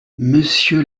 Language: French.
monsieur